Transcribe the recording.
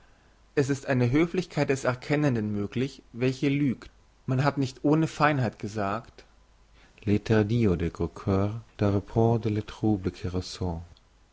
es ist eine höflichkeit des erkennenden möglich welche lügt man hat nicht ohne feinheit gesagt